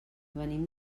venim